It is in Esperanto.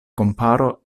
komparo